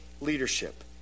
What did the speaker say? leadership